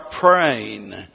praying